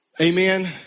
Amen